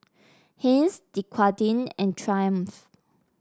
Heinz Dequadin and Triumph